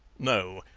no!